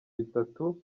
bitatu